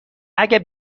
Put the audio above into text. اگه